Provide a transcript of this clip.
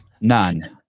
None